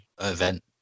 event